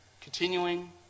continuing